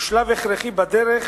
הוא שלב הכרחי בדרך